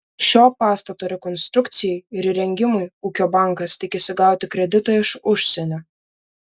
šio pastato rekonstrukcijai ir įrengimui ūkio bankas tikisi gauti kreditą iš užsienio